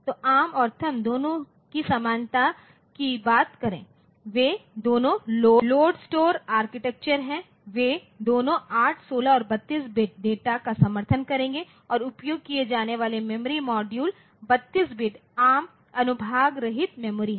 तो एआरएम और थंब दोनों की समानता की बात करें वे दोनों लोड स्टोर आर्किटेक्चर हैं वे दोनों 8 16 और 32 बिट्स डेटा का समर्थन करेंगे और उपयोग किए जाने वाले मेमोरी मॉड्यूल 32 बिट एआरएम अनुभाग रहित मेमोरी है